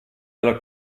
della